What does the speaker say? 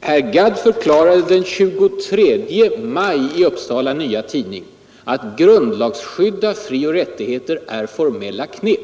herr Gadd den 23 maj förklarade i Upsala Nya Tidning: att grundlagsskydda frioch rättigheter är ”formella knep”.